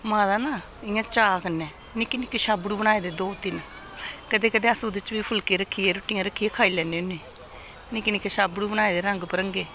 माता ने इ'यां ना चाऽ कन्नै निक्के निक्के छाबड़ू बनाए दे दो तिन्न कदें कदें अस ओह्दे च बी फुलके रक्खियै रुट्ट रक्खियै खाई लैन्ने होन्ने निक्के निक्के छाबड़ू बनाए दे रंग बिरंगे